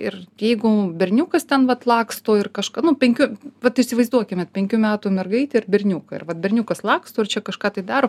ir jeigu berniukas ten vat laksto ir kažką nu penkių vat įsivaizduokimėt penkių metų mergaitę ir berniuką ir vat berniukas laksto ir čia kažką tai daro